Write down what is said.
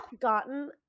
gotten